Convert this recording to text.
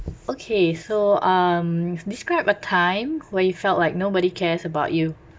okay so um describe a time where you felt like nobody cares about you